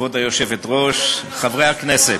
כבוד היושבת-ראש, חברי הכנסת,